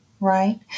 Right